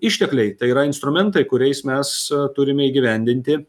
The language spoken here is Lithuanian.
ištekliai tai yra instrumentai kuriais mes turime įgyvendinti